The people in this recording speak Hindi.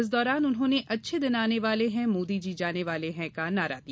इस दौरान उन्होंने अच्छे दिन आने वाले हैं मोदी जी जाने वाले हैं का नारा दिया